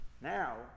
Now